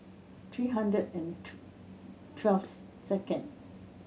three hundred and twelve second